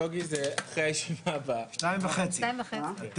13:31.